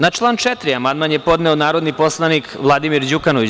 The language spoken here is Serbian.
Na član 4. amandman je podneo narodni poslanik Vladimir Đukanović.